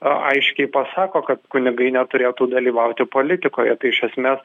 a aiškiai pasako kad kunigai neturėtų dalyvauti politikoje tai iš esmės